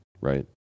right